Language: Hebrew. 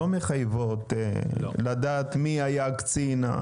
לא מחייבות לדעת מי היה הקצין?